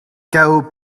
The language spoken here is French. chaos